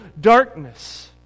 darkness